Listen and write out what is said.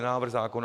Návrh zákona.